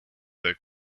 the